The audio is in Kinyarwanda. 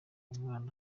mwana